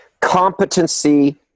competency